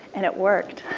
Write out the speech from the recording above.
and it worked.